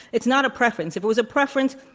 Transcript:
it's not a preference. if it was a preference,